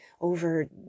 over